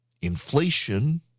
Inflation